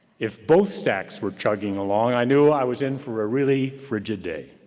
if both stacks were chugging along, i knew i was in for a really frigid day.